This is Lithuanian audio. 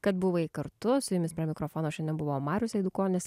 kad buvai kartu su jumis prie mikrofono šiandien buvo marius eidukonis